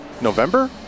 November